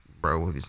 bro